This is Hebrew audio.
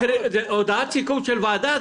זו הודעת סיכום של ועדה,